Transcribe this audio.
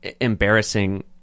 embarrassing